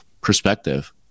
perspective